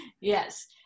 Yes